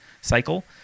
cycle